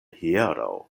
hieraŭ